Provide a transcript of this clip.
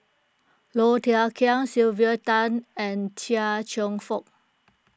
Low Thia Khiang Sylvia Tan and Chia Cheong Fook